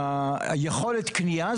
יכולת הקנייה,